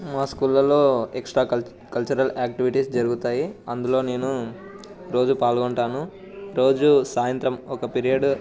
మా స్కూళ్లలో extra cul cultural activities జరుగుతాయి అందులో నేను రోజు పాల్గొంటాను రోజు సాయంత్రం ఒక పీరియడ్